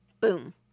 boom